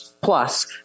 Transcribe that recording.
plus